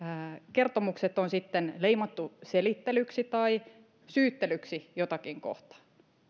kertomukset on leimattu selittelyksi tai syyttelyksi jotakin kohtaan